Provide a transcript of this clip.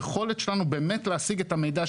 היכולת שלנו באמת להשיג את המידע,